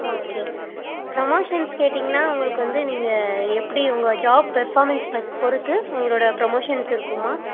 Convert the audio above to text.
okay promotions கேட்டீங்கன்னா உங்களுக்கு வந்து நீங்கள் எப்படி உங்கள் ஜாப் பர்ஃபாமென்ஸ் பத் பொறுத்து உங்களோட ப்ரமோஷன்ஸ் இருக்கும்மா